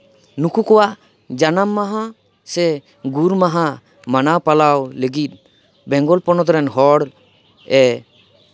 ᱱᱩᱠᱩ ᱠᱚᱣᱟᱜ ᱡᱟᱱᱟᱢ ᱢᱟᱦᱟ ᱥᱮ ᱜᱩᱨ ᱢᱟᱦᱟ ᱢᱟᱱᱟᱣ ᱯᱟᱞᱟᱣ ᱞᱟᱹᱜᱤᱫ ᱵᱮᱝᱜᱚᱞ ᱯᱚᱱᱚᱛ ᱨᱮᱱ ᱦᱚᱲ ᱮ